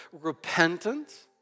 repentance